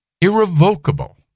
Irrevocable